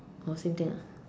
oh same thing ah